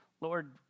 Lord